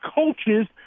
coaches –